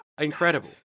incredible